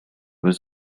was